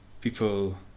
people